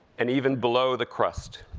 and even below the crust.